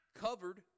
Covered